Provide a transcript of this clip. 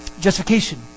justification